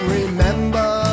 remember